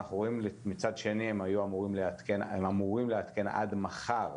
מצד שני הם אמורים לעדכן עד מחר